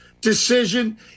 decision